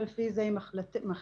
ולפי זה היא מחליטה.